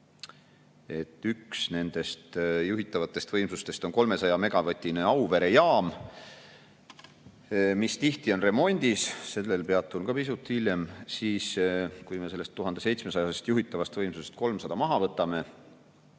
et üks nendest juhitavatest võimsustest on 300‑megavatine Auvere jaam, mis tihti on remondis – sellel peatun pisut hiljem –, ning kui me sellest 1700 megavatist juhitavast võimsusest 300 megavatti